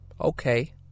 Okay